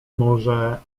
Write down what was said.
może